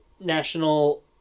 national